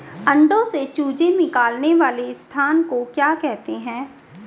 अंडों से चूजे निकलने वाले स्थान को क्या कहते हैं?